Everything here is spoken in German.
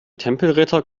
tempelritter